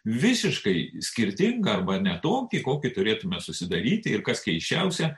visiškai skirtingą arba ne tokį kokį turėtume susidaryti ir kas keisčiausia